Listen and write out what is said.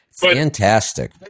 Fantastic